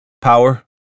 Power